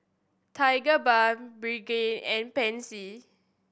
Tigerbalm Pregain and Pansy